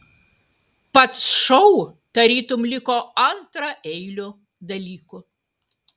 pats šou tarytum liko antraeiliu dalyku